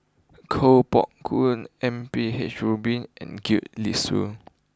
Koh Poh Koon M P H Rubin and Gwee Li Sui